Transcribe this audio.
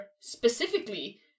specifically